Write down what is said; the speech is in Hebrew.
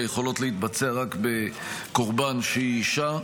יכולות להתבצע רק בקורבן שהיא אישה.